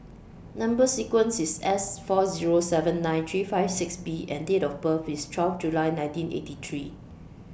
Number sequence IS S four Zero seven nine three five six B and Date of birth IS twelve July nineteen eighty three